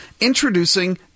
Introducing